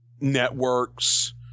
networks